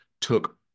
took